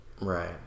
Right